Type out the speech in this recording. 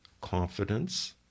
confidence